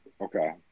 Okay